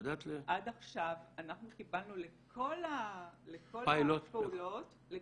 עד עכשיו אנחנו קיבלנו לכל הפעולות של